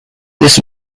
this